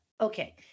okay